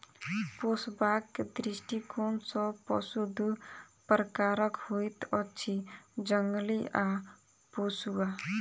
पोसबाक दृष्टिकोण सॅ पशु दू प्रकारक होइत अछि, जंगली आ पोसुआ